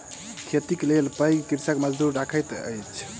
खेतीक लेल पैघ कृषक मजदूर रखैत अछि